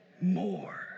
more